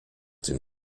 dem